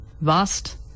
vast